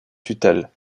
tutelle